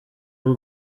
bw’u